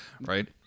right